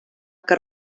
que